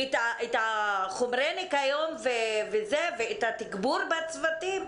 את חומרי הניקיון ואת התגבור בצוותים?